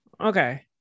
Okay